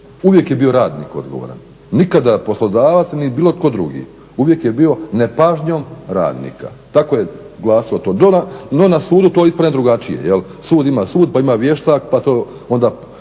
Uvijek je bio radnik odgovoran, nikada poslodavac niti bilo tko drugi, uvijek je bio nepažnjom radnika, tako je glasilo to, no na sudu to ispadne drugačije, sud ima sud pa ima vještak pa to onda